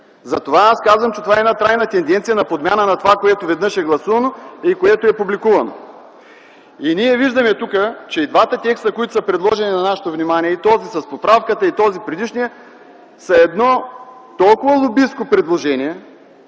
Затова аз казвам, че това е една трайна тенденция на подмяна на това, което веднъж е гласувано и което е публикувано. Ние виждаме тук, че и двата текста, които са предложени на нашето внимание – и този с поправката, и този, предишният, са едно толкова лобистко предложение,